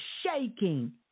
shaking